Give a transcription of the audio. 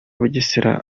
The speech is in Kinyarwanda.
bugesera